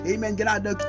Amen